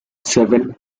seven